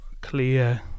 clear